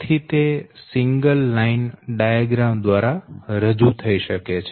તેથી તે single line diagram દ્વારા રજૂ થઈ શકે છે